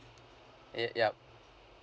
i~ yup